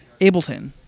Ableton